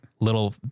little